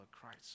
Christ